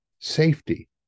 safety